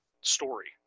story